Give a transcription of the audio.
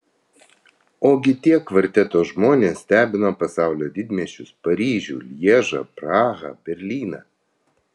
ogi tie kvarteto žmonės stebino pasaulio didmiesčius paryžių lježą prahą berlyną